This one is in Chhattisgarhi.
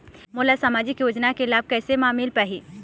मोला सामाजिक योजना के लाभ कैसे म मिल पाही?